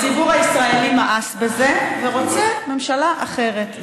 הציבור הישראלי מאס בזה ורוצה ממשלה אחרת,